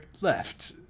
left